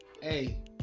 Hey